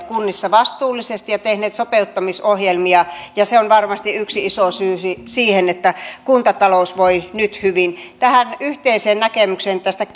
kunnissa vastuullisesti ja tehneet sopeuttamisohjelmia se on varmasti yksi iso syy siihen että kuntatalous voi nyt hyvin yhteiseen näkemykseen tästä